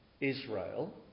Israel